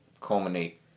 culminate